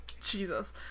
Jesus